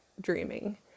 dreaming